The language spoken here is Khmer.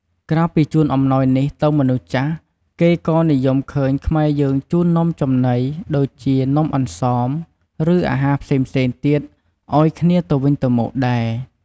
ក្រៅពីជូនអំណោយនេះទៅមនុស្សចាស់ គេក៏និយមឃើញខ្មែរយើងជូននំចំណី ដូចជានំអន្សម ឬ អាហារផ្សេងៗទៀតឱ្យគ្នាទៅវិញទៅមកដែរ។